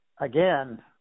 again